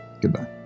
Goodbye